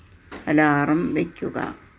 alarm വയ്ക്കുക